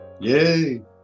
Yay